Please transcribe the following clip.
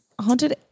haunted